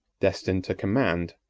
destined to command,